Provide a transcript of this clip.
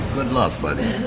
good luck buddy.